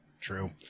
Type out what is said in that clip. True